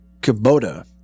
Kubota